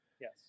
Yes